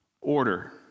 order